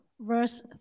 Verse